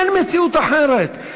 אין מציאות אחרת.